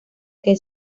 que